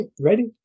ready